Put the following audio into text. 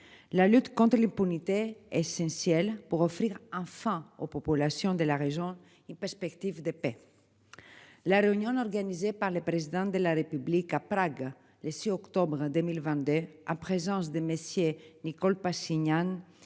La lutte contre Hippolyte est essentielle pour offrir enfin aux populations de la région Île perspectives de paix. La réunion organisée par le président de la République à Prague le 6 octobre 2022 a présence de Messier Nikol Pachinian